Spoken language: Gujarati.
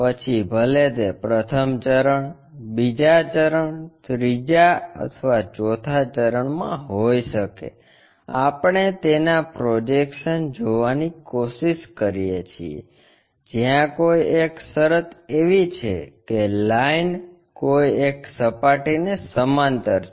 પછી ભલે તે પ્રથમ ચરણ બીજા ચરણ ત્રીજા અથવા ચોથા ચરણમાં હોઈ શકે આપણે તેના પ્રોજેક્શન્સ જોવાની કોશિશ કરીએ છીએ જ્યાં કોઈ એક શરત એવી છે કે લાઈન કોઈ એક સપાટી ને સમાંતર છે